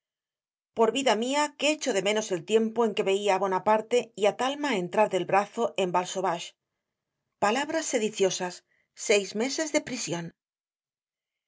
por vida mia que echo de menos el tiempo en que veía á bonaparte y ti taima en trar del brazo en bal sauvage palabras sediciosas seis meses de prision